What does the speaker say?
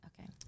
okay